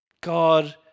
God